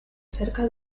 cerca